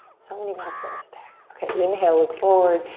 so many metaphors there. okay, inhale, look forward.